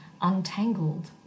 Untangled